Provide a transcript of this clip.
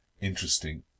interesting